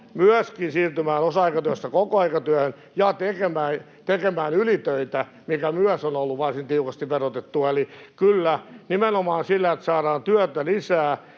myöskin siirtymään osa-aikatyöstä kokoaikatyöhön ja tekemään ylitöitä, mikä myös on ollut varsin tiukasti verotettua. Eli kyllä, nimenomaan sillä, että saadaan työtä lisää